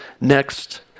next